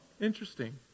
interesting